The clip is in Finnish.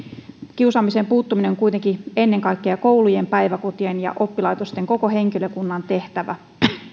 kiusaamiseen puuttuminen on kuitenkin ennen kaikkea koulujen päiväkotien ja oppilaitosten koko henkilökunnan tehtävä